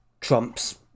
Trump's